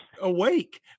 awake